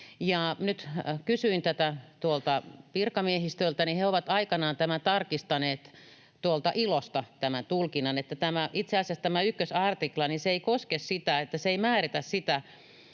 Nyt kysyin tätä virkamiehistöltä, ja he ovat aikanaan tarkistaneet ILOsta tämän tulkinnan, että itse asiassa tämä ykkösartikla ei koske sitä ja se ei määritä sitä,